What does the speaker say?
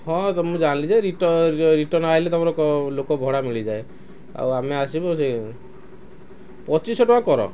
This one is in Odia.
ହଁ ତ ମୁଁ ଜାଣିଲି ଯେ ରିଟର୍ନ ଆସିଲେ ତୁମର ଲୋକ ଭଡ଼ା ମିଳିଯାଏ ଆଉ ଆମେ ଆସିବୁ ସେ ପଚିଶିଶହ ଟଙ୍କା କର